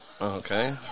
Okay